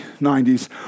90s